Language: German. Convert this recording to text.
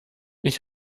ich